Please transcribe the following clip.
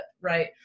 right